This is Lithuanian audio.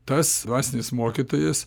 tas dvasinis mokytojas